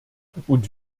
und